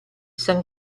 san